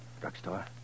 Drugstore